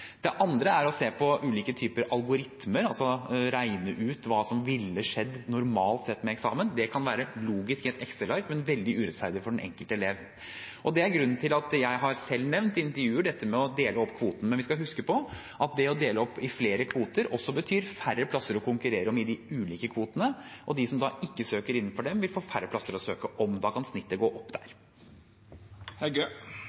Det andre er å se på ulike typer algoritmer, altså regne ut hva som normalt ville skjedd med eksamen. Det kan være logisk i et Excel-ark, men veldig urettferdig for den enkelte elev, og det er grunnen til at jeg i intervjuer har nevnt dette med å dele opp kvoten. Men vi skal huske på at det å dele opp i flere kvoter også betyr færre plasser å konkurrere om i de ulike kvotene, og de som da ikke søker innenfor dem, vil få færre plasser å søke om. Da kan snittet gå opp